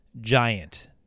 giant